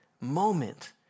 moment